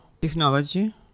technology